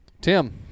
Tim